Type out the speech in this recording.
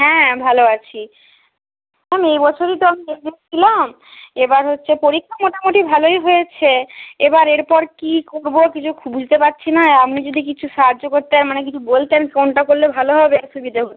হ্যাঁ ভালো আছি ম্যাম এই বছরই তো আমি এসেছিলাম এবার হচ্ছে পরীক্ষা মোটামুটি ভালোই হয়েছে এবার এরপর কী করবো কিছু বুঝতে পারছি না আপনি যদি কিছু সাহায্য করতেন মানে কিছু বলতেন কোনটা করলে ভালো হবে সুবিধে হতো